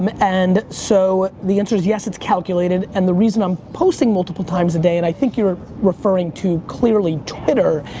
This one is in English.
um and so, the answer's yes, it's calculated and the reason i'm posting multiple times a day and i think you're referring to clearly, twitter,